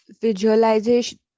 visualization